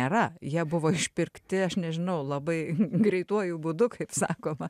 nėra jie buvo išpirkti aš nežinau labai greituoju būdu kaip sakoma